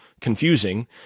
confusing